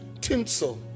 tinsel